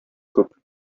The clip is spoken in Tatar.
күп